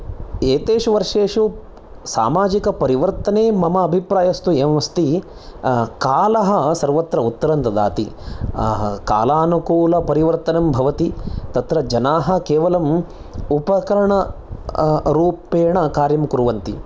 एतेषु वर्षेषु सामाजिकपरिवर्तने मम अभिप्रायस्तु इयम् अस्ति कालः सर्वत्र उत्तरं ददाति कालानुकूलपरिवर्तनं भवति तत्र जनाः केवलम् उपकरण रूप्येण कार्यं कुर्वन्ति